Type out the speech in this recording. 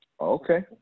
Okay